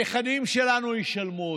הנכדים שלנו ישלמו אותם.